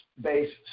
based